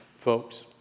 folks